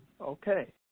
Okay